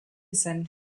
zen